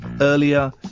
earlier